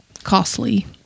Costly